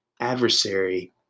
adversary